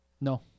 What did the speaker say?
No